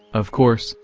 of course,